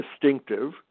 distinctive